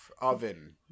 Oven